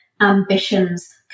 ambitions